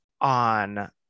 on